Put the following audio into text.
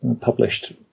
published